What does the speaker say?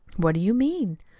what do you mean?